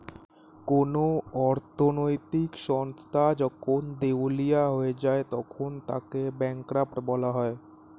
কোন অর্থনৈতিক সংস্থা যখন দেউলিয়া হয়ে যায় তখন তাকে ব্যাঙ্করাপ্ট বলা হয়